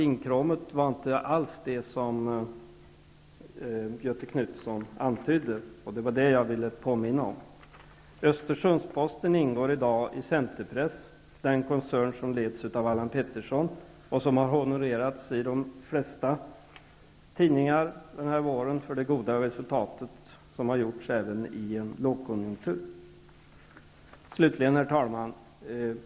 Inkråmet var inte alls det som Göthe Knutson antydde. Det var det jag ville påminna om. Östersunds-Posten ingår i dag i Centerpress. Det är en koncern som leds av Allan Pettersson och som har honorerats i de flesta tidningar den här våren för det goda resultat som har gjorts även i en lågkonjunktur. Herr talman!